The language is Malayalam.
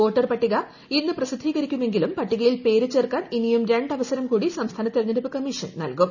വോട്ടർ പട്ടിക ഇന്ന് പ്രസിദ്ധീകരിക്കുമെങ്കിലും പട്ടികയിൽ പേരു ചേർക്കാൻ ഇനിയും രണ്ടവസരം കൂടി സംസ്ഥാന തെരഞ്ഞെടുപ്പ് കമ്മിഷൻ നൽകും